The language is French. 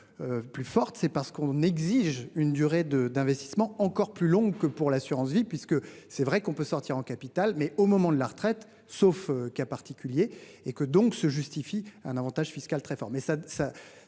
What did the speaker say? Plus forte, c'est parce qu'on exige une durée de d'investissement encore plus longue que pour l'assurance-vie puisque c'est vrai qu'on peut sortir en capital mais au moment de la retraite, sauf cas particulier et que donc se justifie un Avantage fiscal très fort mais ça